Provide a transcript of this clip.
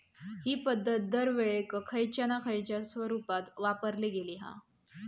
हि पध्दत दरवेळेक खयच्या ना खयच्या स्वरुपात वापरली गेली हा